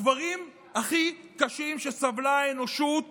הדברים הכי קשים שסבלה האנושות